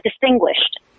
distinguished